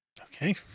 Okay